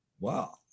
Wow